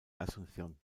asunción